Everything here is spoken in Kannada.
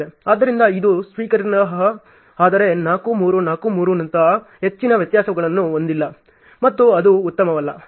ಆದ್ದರಿಂದ ಇದು ಸ್ವೀಕಾರಾರ್ಹ ಆದರೆ 4 3 4 3 ನಂತಹ ಹೆಚ್ಚಿನ ವ್ಯತ್ಯಾಸಗಳನ್ನು ಹೊಂದಿಲ್ಲ ಮತ್ತು ಅದು ಉತ್ತಮವಲ್ಲ